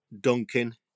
Duncan